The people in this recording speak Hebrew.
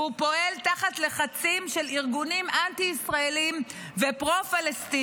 והוא פועל תחת לחצים של ארגונים אנטי-ישראליים ופרו-פלסטיניים.